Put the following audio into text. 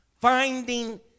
finding